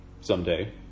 someday